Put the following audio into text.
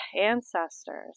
ancestors